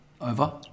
Over